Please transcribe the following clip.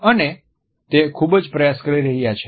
અને તે ખૂબ જ પ્રયાસ કરી રહ્યા છે